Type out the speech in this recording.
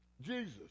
Jesus